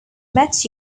met